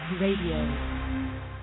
Radio